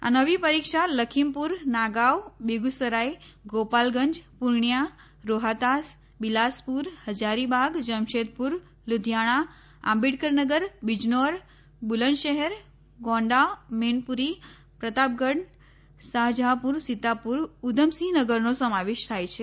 આ નવી પરીક્ષા લખીમપુર નાગાંવ બેગુસરાઇ ગોપાલગંજ પૂર્ણિયા રોહતાસ બિલાસપુર હજારીબાગ જમશેદપુર લુધિયાણા આંબડેકરનગર બિજનોર બુલનશહેર ગોન્ડા મૈનપૂરી પ્રતાપગઢ શાહજહાંપુર સીતાપુર ઉધમસિંહનગરનો સમાવેશ થાય છે